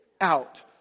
out